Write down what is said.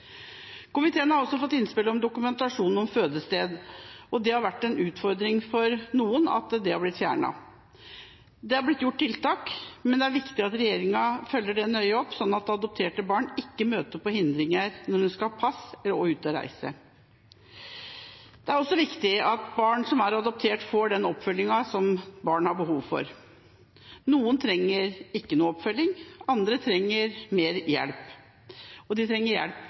Komiteen har også fått innspill om dokumentasjon om fødested, og det har vært en utfordring for noen at den har blitt fjernet. Det har blitt gjort tiltak, men det er viktig at regjeringa følger det nøye opp, sånn at adopterte barn ikke møter på hindringer når de skal ha pass og ut og reise. Det er også viktig at barn som er adoptert, får den oppfølgingen barn har behov for. Noen trenger ikke noen oppfølging, andre trenger mer hjelp, og de trenger hjelp